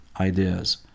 ideas